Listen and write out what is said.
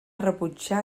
rebutjar